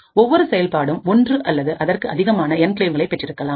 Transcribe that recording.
ஒவ்வொரு செயல்பாடும் ஒன்று அல்லது அதற்கு அதிகமான என்கிளேவ்களை பெற்றிருக்கலாம்